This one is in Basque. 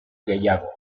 gehiago